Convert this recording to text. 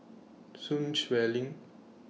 Sun Xueling